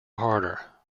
harder